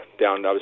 down